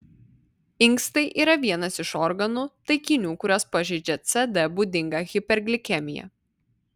inkstai yra vienas iš organų taikinių kuriuos pažeidžia cd būdinga hiperglikemija